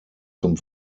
zum